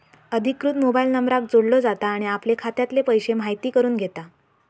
अधिकृत मोबाईल नंबराक जोडलो जाता आणि आपले खात्यातले पैशे म्हायती करून घेता